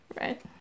Right